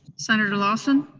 senator lawson?